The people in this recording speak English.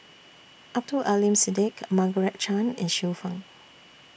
Abdul Aleem Siddique Margaret Chan and Xiu Fang